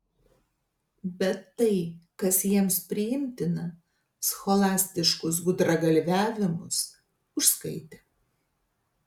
bet tai kas jiems priimtina scholastiškus gudragalviavimus užskaitė